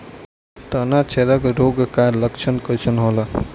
तना छेदक रोग का लक्षण कइसन होला?